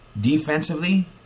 defensively